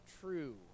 true